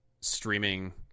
streaming